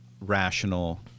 rational